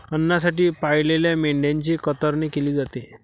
अन्नासाठी पाळलेल्या मेंढ्यांची कतरणी केली जाते